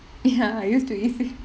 ya I used to E_C him